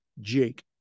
jake